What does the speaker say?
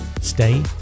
Stay